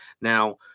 Now